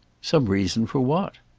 some reason for what?